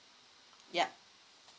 yup